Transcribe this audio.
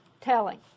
telling